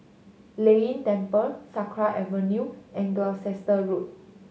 Lei Yin Temple Sakra Avenue and Gloucester Road